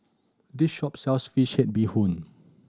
this shop sells fish head bee hoon